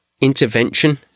intervention